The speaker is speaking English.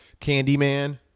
Candyman